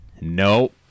No